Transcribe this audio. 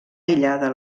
aïllada